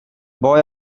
boy